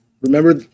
Remember